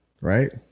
Right